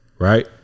right